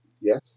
yes